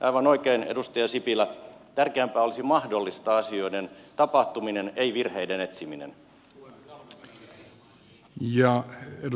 aivan oikein edustaja sipilä tärkeämpää olisi mahdollistaa asioiden tapahtuminen ei virheiden etsiminen